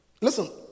Listen